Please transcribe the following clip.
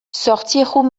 zortziehun